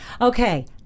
Okay